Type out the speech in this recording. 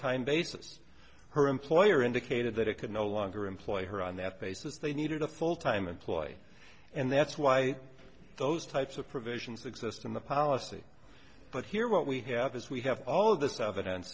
time basis her employer indicated that it could no longer employ her on that basis they needed a full time employee and that's why those types of provisions exist in the policy but here what we have is we have all of th